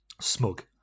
smug